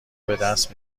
بدست